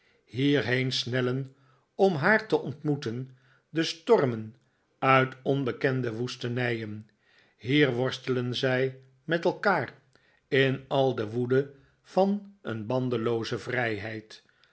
hierheen snellen om haar te ontmoeten de stormen uit onbekende woestenijen hier wbrstelen zij met elkaar in al de woede van een bandelooze vrijheid